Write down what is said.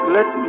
Let